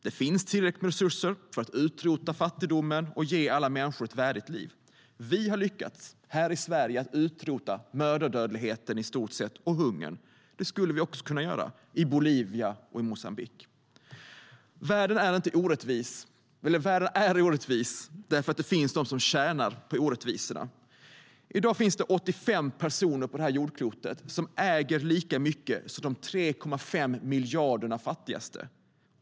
Det finns tillräckligt med resurser för att utrota fattigdomen och ge alla människor ett värdigt liv. Vi har lyckats här i Sverige att i stort sett utrota mödradödligheten och hungern. Det skulle vi också kunna göra i Bolivia och i Moçambique. Världen är orättvis därför att det finns de som tjänar på orättvisorna. I dag finns 85 personer på jordklotet som äger lika mycket resurser som världens 3,5 miljarder fattigaste.